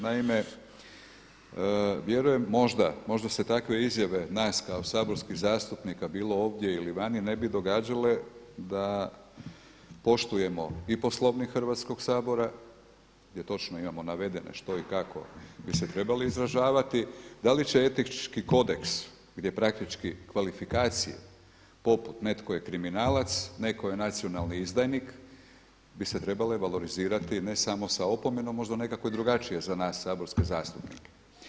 Naime, vjerujem, možda, možda se takve izjave nas kao saborskih zastupnika bilo ovdje ili vani ne bi događale da poštujemo i Poslovnik Hrvatskoga sabora jer točno imamo navedeno što i kako bi se trebali izražavati, da li će etički kodeks gdje praktički kvalifikacije poput netko je kriminalac, netko je nacionalni izdajnik bi se trebale valorizirati ne samo sa opomenom, možda neko drugačije za nas saborske zastupnike.